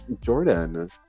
Jordan